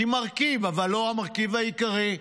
היא מרכיב, אבל לא המרכיב העיקרי.